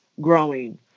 growing